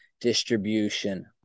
Distribution